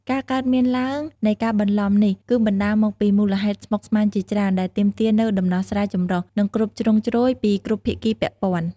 ការកើតមានឡើងនៃការបន្លំនេះគឺបណ្ដាលមកពីមូលហេតុស្មុគស្មាញជាច្រើន ដែលទាមទារនូវដំណោះស្រាយចម្រុះ និងគ្រប់ជ្រុងជ្រោយពីគ្រប់ភាគីពាក់ព័ន្ធ។